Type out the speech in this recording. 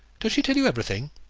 does she tell you everything?